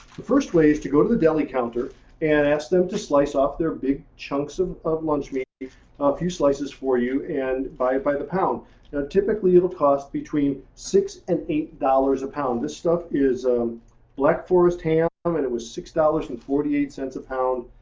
the first way is to go to the deli counter and ask them to slice off their big chunks of of lunch meat ah a few slices for you. you buy it by the pound and typically it'll cost between six and eight dollars a pound. this stuff is um black forest ham. um and it was six dollars and forty eight cents a pound.